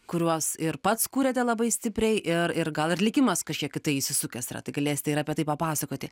kuriuos ir pats kuriate labai stipriai ir ir gal ir likimas kažkiek į tai įsisukęs yra tai galėsit ir apie tai papasakoti